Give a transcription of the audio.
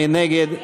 מי נגד?